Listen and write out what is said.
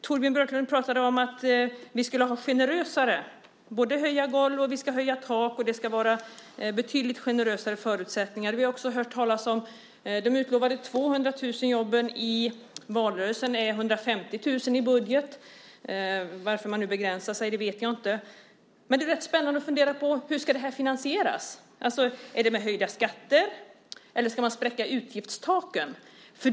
Torbjörn Björlund pratade om att vi skulle vara generösare - höja både golv och tak och skapa betydligt generösare förutsättningar. Vi hörde också talas i valrörelsen om de utlovade 200 000 jobben, som blivit 150 000 i budgeten. Varför man begränsar sig vet jag inte. Men det är rätt spännande att fundera på hur det ska finansieras. Är det med höjda skatter? Eller ska man spräcka utgiftstaken?